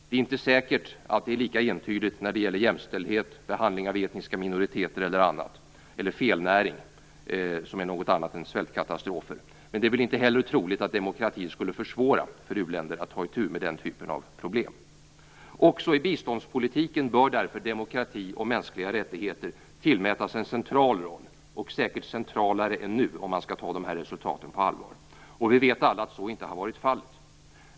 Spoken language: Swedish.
Det är inte säkert att det är lika entydigt när det gäller jämställdhet, behandling av etniska minoriteter eller felnäring, som är något annat än svältkatastrofer. Men det är väl inte heller troligt att demokratin skulle försvåra för u-länder att ta itu med den typen av problem. Också i biståndspolitiken bör därför demokrati och mänskliga rättigheter tillmätas en central roll och säkert centralare än nu, om man skall ta dessa resultat på allvar. Vi vet alla att så inte har varit fallet.